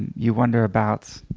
you wonder about